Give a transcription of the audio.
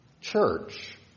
church